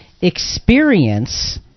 experience